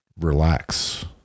relax